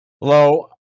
Hello